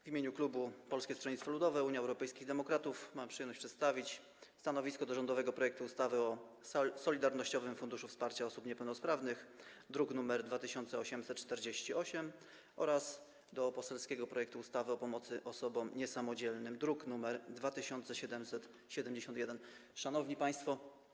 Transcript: W imieniu klubu Polskiego Stronnictwa Ludowego - Unii Europejskich Demokratów mam przyjemność przedstawić stanowisko wobec rządowego projektu ustawy o Solidarnościowym Funduszu Wsparcia Osób Niepełnosprawnych, druk nr 2848, oraz wobec poselskiego projektu ustawy o pomocy osobom niesamodzielnym, druk nr 2771. Szanowni Państwo!